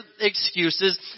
excuses